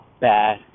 bad